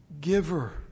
giver